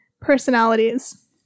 personalities